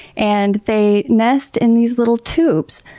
and they nest in these little tubes.